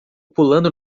pulando